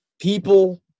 people